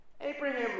Abraham